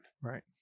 Right